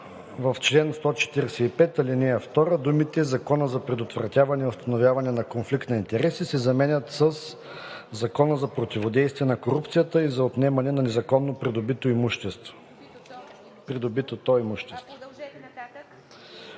В чл. 145, ал. 2 думите „Закона за предотвратяване и установяване на конфликт на интереси“ се заменят със „Закона за противодействие на корупцията и за отнемане на незаконно придобитото имущество“.